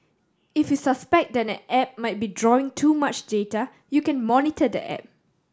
if you suspect that an app might be drawing too much data you can monitor the app